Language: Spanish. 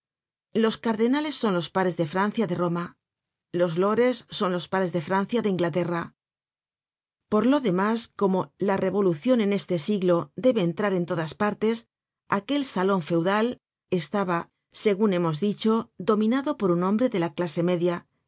los car denales son los pares de francia de roma los lores son los pares de fran cia de inglaterra por lo demás como la revolucion en este siglo debe entrar en todas partes aquel salon feudal estaba segun hemos dicho dominado por un hombre de la clase media